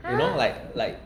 you know like like